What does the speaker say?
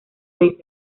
seis